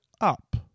up